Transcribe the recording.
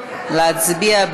להצביע.